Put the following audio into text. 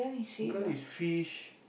girl is fish